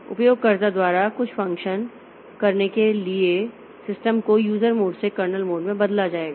उपयोगकर्ता द्वारा कुछ फ़ंक्शन करने के लिए सिस्टम को यूजर मोड से कर्नल मोड में बदला जाता है